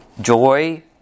Joy